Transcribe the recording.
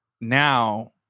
now